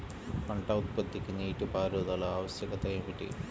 పంట ఉత్పత్తికి నీటిపారుదల ఆవశ్యకత ఏమిటీ?